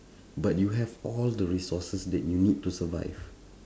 but you have all the resources that you need to survive